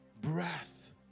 breath